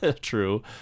True